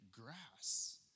grass